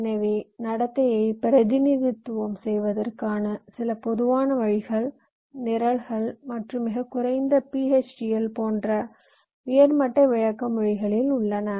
எனவே நடத்தையை பிரதிநிதித்துவம் செய்வதற்கான சில பொதுவான வழிகள் நிரல்கள் மற்றும் மிகக் குறைந்த PHDL போன்ற உயர் மட்ட விளக்க மொழிகளில் உள்ளன